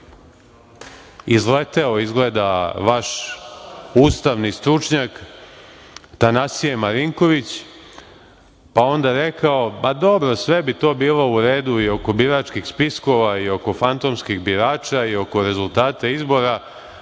izleteo izgleda vaš ustavni stručnjak, Tanasije Marinković, pa onda rekao – dobro, sve bi to bilo u radu i oko biračkih spiskova i oko fantomskih birača i oko rezultata izbora